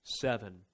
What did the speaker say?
seven